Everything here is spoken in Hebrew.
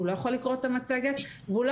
הוא לא יכול לקרוא את המצגת והוא לא